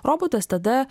robotas tada